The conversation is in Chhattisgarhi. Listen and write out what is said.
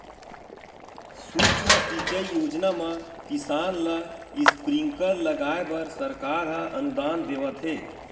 सुक्ष्म सिंचई योजना म किसान ल स्प्रिंकल लगाए बर सरकार ह अनुदान देवत हे